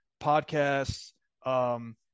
podcasts